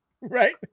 right